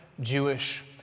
Jewish